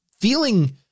feeling